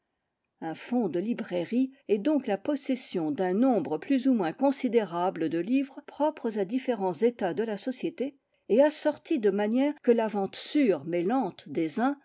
un fonds de librairie est donc la possession d'un nombre plus ou moins considérable de livres propres à différents états de la société et assorti de manière que la vente sûre mais lente des uns